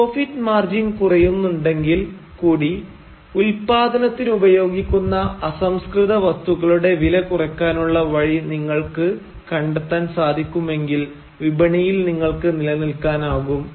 profit margin കുറയുന്നുണ്ടെങ്കിൽ കൂടി ഉത്പാദനത്തിനുപയോഗിക്കുന്ന അസംസ്കൃതവസ്തുക്കളുടെ വില കുറയ്കാനുള്ള വഴി നിങ്ങൾക്ക് കണ്ടെത്താൻ സാധിക്കുമെങ്കിൽ വിപണിയിൽ നിങ്ങൾക്ക് നിലനിൽക്കാനാകും